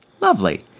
Lovely